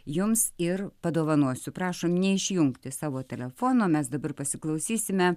jums ir padovanosiu prašom neišjungti savo telefono mes dabar pasiklausysime